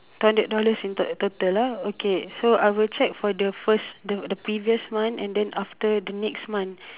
two hundred dollars in total ah okay so I will check for the first the the previous month and then after the next month